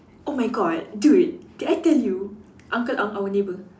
oh my god dude did I tell you uncle Ang our neighbour